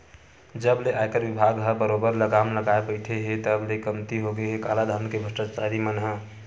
जब ले आयकर बिभाग ह बरोबर लगाम लगाए बइठे हे तब ले कमती होगे हे कालाधन के भस्टाचारी मन ह